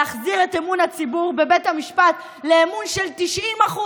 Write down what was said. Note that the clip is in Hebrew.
להחזיר את אמון הציבור בבית המשפט לאמון של 90%,